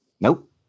Nope